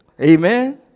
Amen